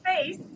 face